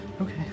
okay